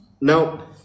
Now